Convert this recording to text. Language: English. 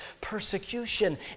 persecution